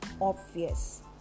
obvious